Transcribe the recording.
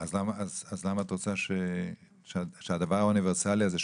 אז למה את רוצה שהדבר האוניברסלי הזה,